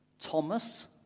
Thomas